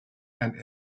and